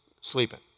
sleeping